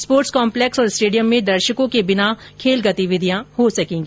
sports complex और stadium में दर्शको के बिना खल गतिविधिया हो सकेगी